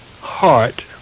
heart